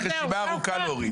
יש לך רשימה ארוכה להוריד.